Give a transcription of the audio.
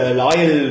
loyal